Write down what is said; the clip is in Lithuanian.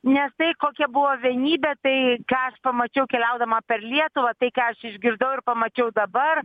nes tai kokia buvo vienybė tai ką aš pamačiau keliaudama per lietuvą tai ką aš išgirdau ir pamačiau dabar